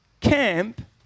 camp